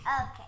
Okay